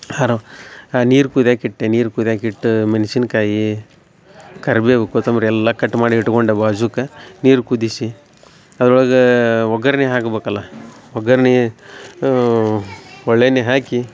ಆರು ಆ ನೀರು ಕುದ್ಯಾಕಿಟ್ಟೆ ನೀರು ಕುದ್ಯಾಕಿಟ್ಟ ಮೆನ್ಶಿನ್ಕಾಯಿ ಕರಿಬೇವು ಕೋತಂಬರಿ ಎಲ್ಲ ಕಟ್ ಮಾಡಿ ಇಟ್ಕೊಂಡೆ ಬಾಜುಕ ನೀರು ಕುದಿಸಿ ಅದ್ರೊಳ್ಗೆ ಒಗ್ಗರ್ಣಿ ಹಾಕಬೇಕಲ್ಲ ಒಗ್ಗರ್ಣಿ ಒಳ್ಳೆಣ್ಣಿ ಹಾಕಿ